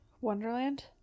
Wonderland